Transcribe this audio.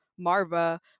Marva